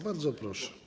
Bardzo proszę.